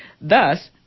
Thus